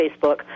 Facebook